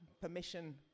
permission